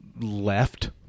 left